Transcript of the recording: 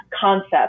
concept